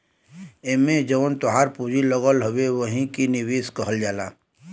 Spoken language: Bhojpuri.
एम्मे जवन तोहार पूँजी लगल हउवे वही के निवेश कहल जाला